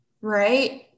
right